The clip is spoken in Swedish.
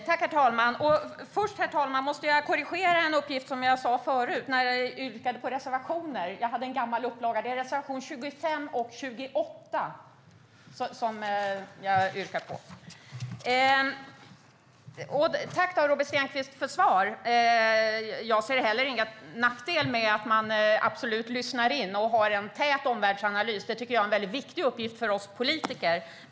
Herr talman! Först måste jag korrigera en uppgift som jag sa förut när det gäller reservationer. Jag hade en gammal upplaga. Det är reservationerna 25 och 28 som jag yrkar bifall till. Jag tackar Robert Stenkvist för svaret. Jag ser heller ingen nackdel med att man lyssnar in och har en tät omvärldsanalys. Det är en väldigt viktig uppgift för oss politiker.